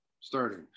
Starting